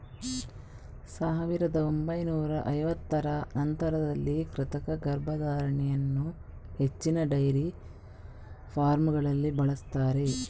ಸಾವಿರದ ಒಂಬೈನೂರ ಐವತ್ತರ ನಂತರದಲ್ಲಿ ಕೃತಕ ಗರ್ಭಧಾರಣೆ ಅನ್ನು ಹೆಚ್ಚಿನ ಡೈರಿ ಫಾರ್ಮಗಳಲ್ಲಿ ಬಳಸ್ತಾರೆ